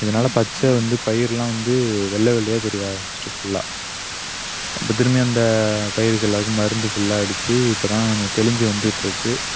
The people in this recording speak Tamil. இதனால பச்சை வந்து பயிரெலாம் வந்து வெள்ளை வெள்ளையாக தெரிய ஆரமிச்சுட்டு ஃபுல்லாக இப்போ திரும்பியும் அந்த பயிருக்கு எல்லாருக்கும் மருந்து ஃபுல்லாக அடிச்சு இப்போ தான் கொஞ்சம் தெளிஞ்சு வந்திட்ருக்கு